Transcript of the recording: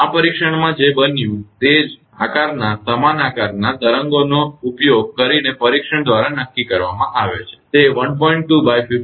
આ પરીક્ષણમાં જે બન્યું તે તે જ આકારના સમાન આકારના તરંગોનો ઉપયોગ કરીને પરીક્ષણ દ્વારા નક્કી કરવામાં આવે છે તે 1